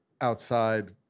outside